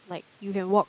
like you can walk